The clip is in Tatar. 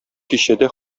кичәдә